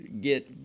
get